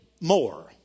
more